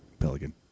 Pelican